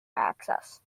access